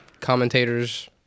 commentators